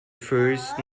first